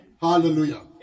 Hallelujah